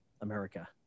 America